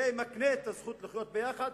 זה מקנה את הזכות לחיות ביחד.